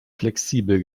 flexibel